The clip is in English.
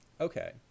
Okay